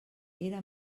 era